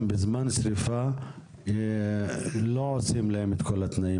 שם עדה ואילו אתה מתעקש לנקוב בשם העדה.